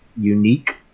unique